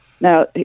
Now